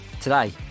Today